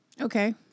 Okay